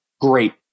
Great